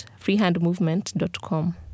freehandmovement.com